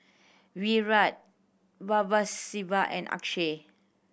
Virat Babasaheb and Akshay